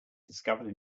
discovered